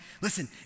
listen